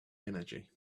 energy